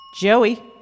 Joey